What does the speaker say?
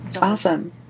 Awesome